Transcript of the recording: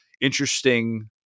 interesting